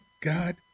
God